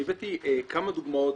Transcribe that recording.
אני הבאתי כמה דוגמאות,